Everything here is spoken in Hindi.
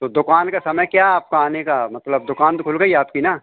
तो दुकान का समय क्या आपका आने का मतलब दुकान तो खुल गई आपकी ना